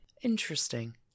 Interesting